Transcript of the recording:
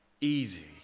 easy